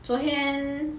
昨天